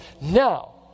Now